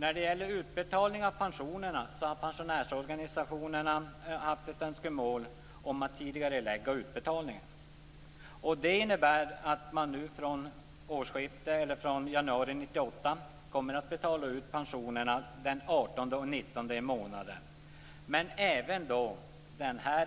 När det gäller utbetalningen av pensionerna har pensionärsorganisationerna framfört ett önskemål om att tidigarelägga utbetalningarna. Det innebär att man från januari 1998 kommer att betala ut pensionerna den 18 och 19 i månaden. Även